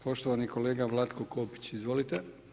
Poštovani kolega Vlatko Kopić, izvolite.